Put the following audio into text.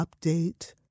update